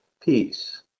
peace